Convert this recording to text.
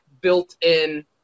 built-in